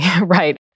right